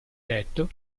detto